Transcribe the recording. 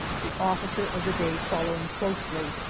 the officer of the day following closely.